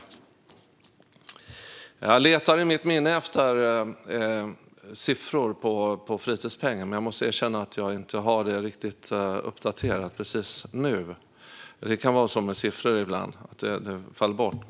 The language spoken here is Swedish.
Jag letar i mitt minne efter siffror när det gäller fritidspengen. Men jag måste erkänna att jag inte har detta riktigt uppdaterat precis nu. Det kan vara så med siffror ibland att de faller bort.